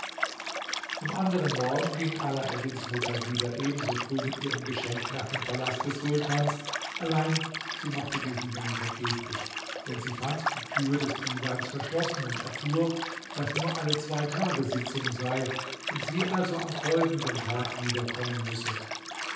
am anderen morgen ging alaeddins mutter wieder ebenso früh mit ihrem geschenk nach dem palast des sultans allein sie machte diesen gang vergeblich denn sie fand die tür des divans verschlossen und erfuhr daß nur alle zwei tage sitzung sei und sie also am folgenden tag wieder kommen müsse